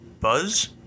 Buzz